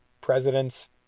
president's